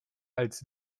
als